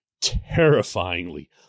terrifyingly